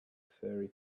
furry